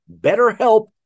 BetterHelp